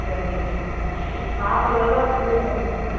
சரிங்க சார் சாப்பிட்றதெல்லாம் வாந்தி வருதுங்க